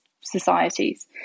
societies